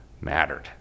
mattered